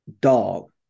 dog